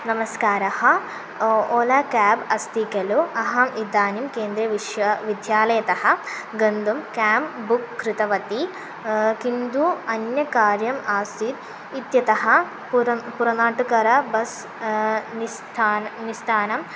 नमस्कारः ओला केब् अस्ति खलु अहम् इदानीं केन्द्रीयविश्वविद्यालयतः गन्तुं कें बुक् कृतवती किन्तु अन्यकार्यम् आसीत् इत्यतः परं पुरनाटुकर बस् निस्थानं निस्थानम्